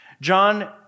John